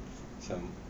macam